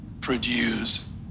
Produce